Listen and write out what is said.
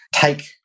take